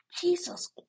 Jesus